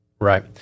Right